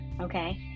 okay